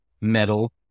metal